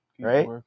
right